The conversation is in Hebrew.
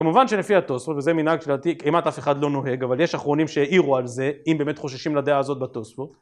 כמובן שלפי התוספות, וזה מנהג עתיק, כמעט אף אחד לא נוהג, אבל יש אחרונים שהעירו על זה, אם באמת חוששים לדעה הזאת בתוספות.